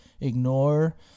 ignore